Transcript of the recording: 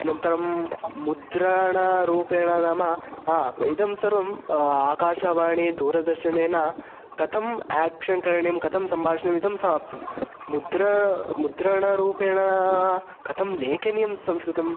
अनन्तरं मुद्राणरूपेण नाम इदं सर्वम् आकाशवाणी दूरदर्शनेन कथम् आक्षन् करणीयं कथं सम्भाषणम् इदं समाप्तं मुद्र मुद्राणरूपेण कथं लेखनीयं संस्कृतं